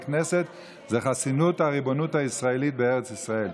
כנסת זה חסינות הריבונות הישראלית בארץ ישראל.